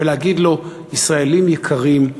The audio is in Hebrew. ולהגיד לו: ישראלים יקרים,